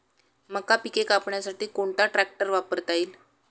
मका पिके कापण्यासाठी कोणता ट्रॅक्टर वापरता येईल?